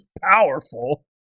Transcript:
powerful